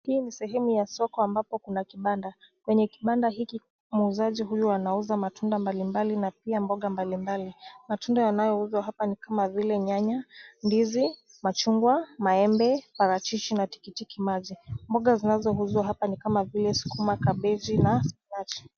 Hii ni sehemu ya soko ambapo Kuna kibanda. Kwenye kibanda hiki muuzaji huyu anauza matunda mbalimbali . Matunda yanaouzwa hapa ni kama vile nyanya, ndizi, machungwa, maembe, parachichi na tikitimaji. Mboga zinazouzwa hapa ni kama vile sukuma, kabeji na spinachi.